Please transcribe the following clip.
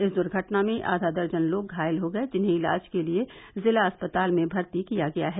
इस दुर्घटना में आधा दर्जन लोग घायल हो गये जिन्हें इलाज के लिये जिला अस्पताल में भर्ती किया गया है